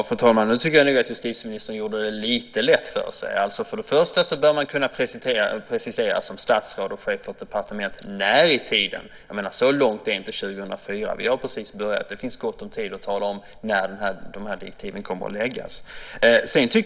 Fru talman! Nu tycker jag nog att justitieministern gjorde det lite lätt för sig. Först och främst bör man som statsråd och chef för ett departement kunna precisera tidpunkten för detta. Vi befinner oss just nu i början av 2004, och det finns goda möjligheter att tala om när de här direktiven kommer att läggas fram.